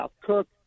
Cook